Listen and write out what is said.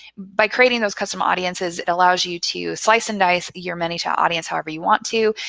by creating those custom audiences, it allows you to slice and dice your many to audience, however you want to,